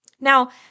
Now